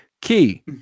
Key